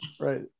Right